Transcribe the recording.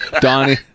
Donnie